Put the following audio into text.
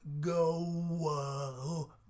go